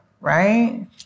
right